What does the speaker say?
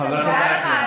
זה גם רע.